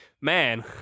man